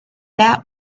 that